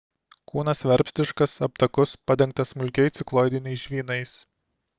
kūnas verpstiškas aptakus padengtas smulkiais cikloidiniais žvynais